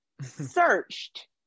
searched